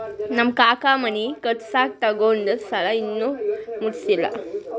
ನಮ್ ಕಾಕಾ ಮನಿ ಕಟ್ಸಾಗ್ ತೊಗೊಂಡ್ ಸಾಲಾ ಇನ್ನಾ ಮುಟ್ಸಿಲ್ಲ